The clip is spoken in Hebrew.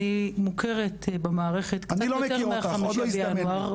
אני מוכרת במערכת קצת יותר מה-15 בינואר,